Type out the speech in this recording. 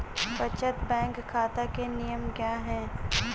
बचत बैंक खाता के नियम क्या हैं?